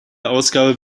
ausgabe